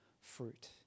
fruit